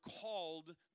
called